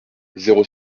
zéro